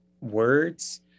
words